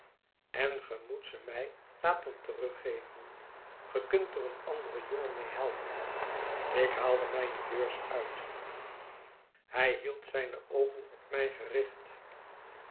en ge moet ze mij laten teruggeven ge kunt er een anderen jongen mee helpen ik haalde mijne beurs uit hij hield zijne oogen op mij gericht